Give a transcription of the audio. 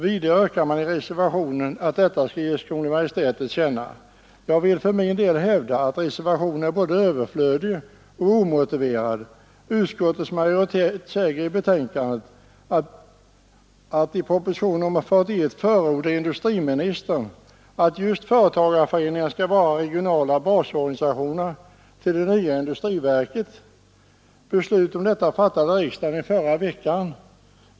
Vidare yrkar man i reservationen att detta skall ges Kungl. Maj:t till känna. Jag vill för min del hävda att reservationen är både överflödig och omotiverad. Utskottets majoritet säger i betänkandet att industriministern förordar i propositionen 41 att just företagarföreningarna skall vara regionala basorganisationer till det nya industriverket. Beslut om detta fattade riksdagen i förra veckan.